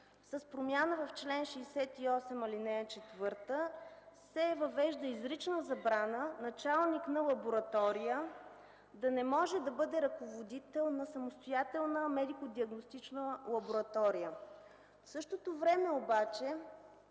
промяна в чл. 68, ал. 4 се въвежда изрична забрана началник на лаборатория да не може да бъде ръководител на самостоятелна медико-диагностична лаборатория. В същото време обаче